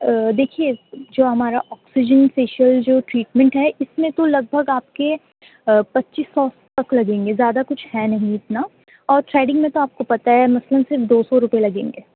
دیکھیے جو ہمارا آکسیجن فیشیل جو ٹریٹمینٹ ہے اس میں تو لگ بھگ آپ کے پچیس سو روپے تک لگیں گے زیادہ کچھ ہے نہیں اتنا اور تھریڈنگ میں تو آپ کو پتہ ہے اس میں صرف دو سو روپے لگیں گے